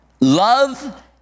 love